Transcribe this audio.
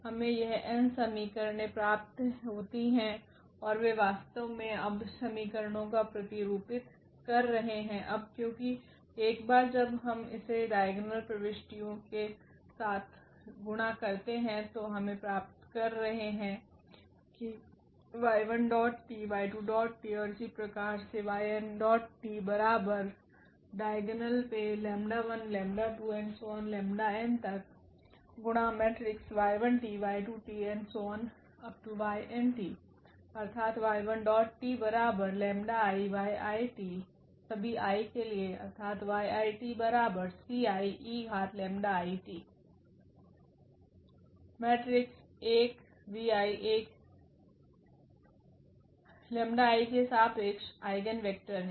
हमे यह n समीकरणे प्राप्त होती हैं और वे वास्तव में अब समीकरणों को प्रतिरूपित कर रहे है अब क्योंकि एक बार जब हम इसे डाइगोनल प्रविष्टियों के साथ गुणा करते हैं तो हम प्राप्त कर रहे हैं 𝜆𝑖 के सापेक्ष आइगेन वेक्टर है